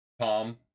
Tom